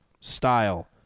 style